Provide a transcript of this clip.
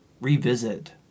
revisit